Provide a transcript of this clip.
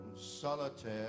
solitaire